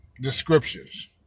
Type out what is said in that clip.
descriptions